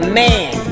man